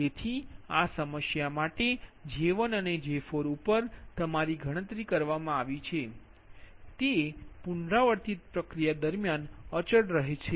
તેથી તેથી આ સમસ્યા માટે J1અને J4 ઉપર ગણતરી કરવામાં આવી છે તે પુનરાવર્તિત પ્રક્રિયા દરમ્યાન અચલ રહે છે